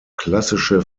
klassische